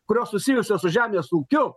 kurios susijusios su žemės ūkiu